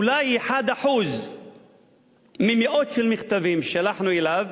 אולי 1% ממאות של מכתבים ששלחנו אליו,